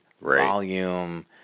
volume